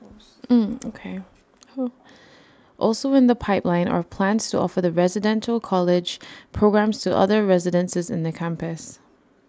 okay also in the pipeline are plans to offer the residential college programmes to other residences in the campus